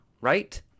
right